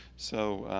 so